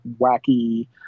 wacky